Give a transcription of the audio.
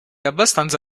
abbastanza